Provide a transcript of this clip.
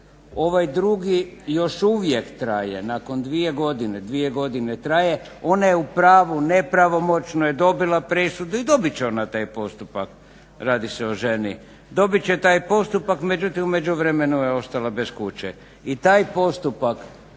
Ovaj drugi još uvijek traje nakon dvije godine, dvije godine traje. Ona je u pravu. Nepravomoćno je dobila presuda i dobit će ona taj postupak, radi se o ženi, dobit će taj postupak međutim u međuvremenu je ostala bez kuće. I taj postupak